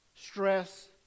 stress